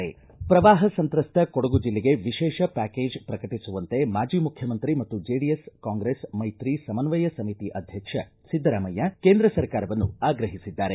ಶ್ರವಾಹ ಸಂತ್ರಸ್ತ ಕೊಡಗು ಜಿಲ್ಲೆಗೆ ವಿಶೇಷ ಪ್ಟಾಕೇಜ್ ಶ್ರಕಟಿಸುವಂತೆ ಮಾಜಿ ಮುಖ್ಣಮಂತ್ರಿ ಮತ್ತು ಜೆಡಿಎಸ್ ಕಾಂಗ್ರೆಸ್ ಮೈತ್ರಿ ಸಮನ್ವಯ ಸಮಿತಿ ಅಧ್ಯಕ್ಷ ಸಿದ್ದರಾಮಯ್ಯ ಕೇಂದ್ರ ಸರ್ಕಾರವನ್ನು ಆಗ್ರಹಿಸಿದ್ದಾರೆ